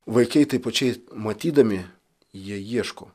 vaikai taip pačiai matydami jie ieško